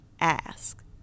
ask